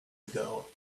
ago